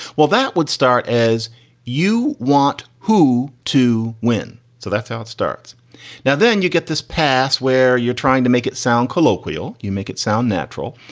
well, that would start as you want who to win. so that's how it starts now. then you get this pass where you're trying to make it sound colloquial. you make it sound natural.